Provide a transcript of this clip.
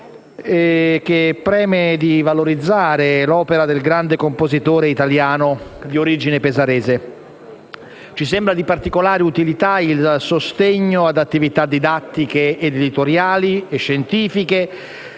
cui preme valorizzare l'opera del grande compositore italiano di origine pesarese. Ci sembra di particolare utilità il sostegno ad attività didattiche, editoriali e scientifiche